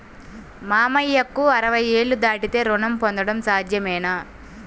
మామయ్యకు అరవై ఏళ్లు దాటితే రుణం పొందడం సాధ్యమేనా?